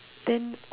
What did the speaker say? then